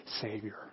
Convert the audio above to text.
savior